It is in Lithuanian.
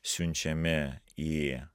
siunčiami į